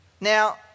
Now